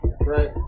Right